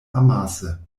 amase